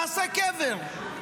תעשה קבר.